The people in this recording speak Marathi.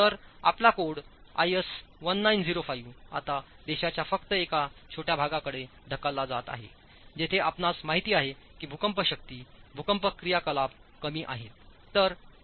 तर आपला कोड आयएस 1905 आता देशाच्या फक्त एका छोट्या भागाकडे ढकलला जात आहे जेथे आपणास माहिती आहे की भूकंप शक्ती भूकंप क्रियाकलापकमी आहेत